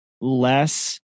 less